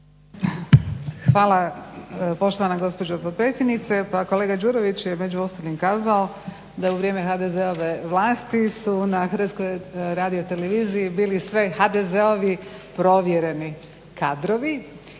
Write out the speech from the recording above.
Hvala poštovana gospođo potpredsjednice. Pa kolega Đurović je između ostalim kazao da je u vrijeme HDZ-ove vlasti su na Hrvatskoj radioteleviziji bili sve HDZ-ovi provjereni kadrovi.